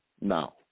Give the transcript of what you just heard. No